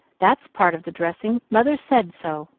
that's part of the dressing mother said so.